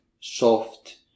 soft